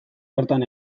bertan